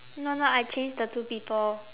no lah I change the two people